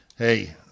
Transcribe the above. Hey